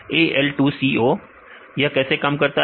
विद्यार्थी AL2CO AL2CO यह कैसे काम करता है